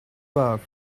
bugs